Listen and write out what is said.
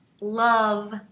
love